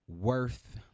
worth